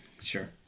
Sure